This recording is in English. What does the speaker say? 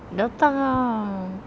datang ah